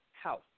house